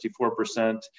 54%